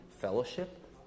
fellowship